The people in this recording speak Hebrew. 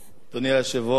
אדוני היושב-ראש,